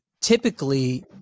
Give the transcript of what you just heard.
typically